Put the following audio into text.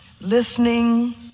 listening